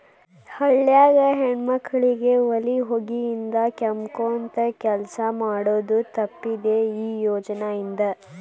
ಹಳ್ಯಾಗ ಹೆಣ್ಮಕ್ಕಳಿಗೆ ಒಲಿ ಹೊಗಿಯಿಂದ ಕೆಮ್ಮಕೊಂದ ಕೆಲಸ ಮಾಡುದ ತಪ್ಪಿದೆ ಈ ಯೋಜನಾ ಇಂದ